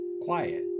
quiet